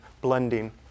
blending